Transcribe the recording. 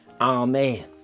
Amen